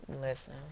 Listen